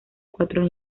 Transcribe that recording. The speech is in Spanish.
cuatro